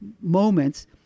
moments